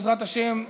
בעזרת השם,